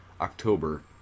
October